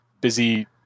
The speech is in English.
busy